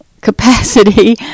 capacity